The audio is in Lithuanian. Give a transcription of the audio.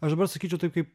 aš dabar sakyčiau taip kaip